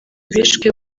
bishwe